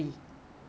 凤梨酥